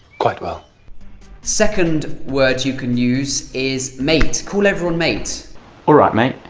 quite well second word you can use is mate, call everyone mate alright mate?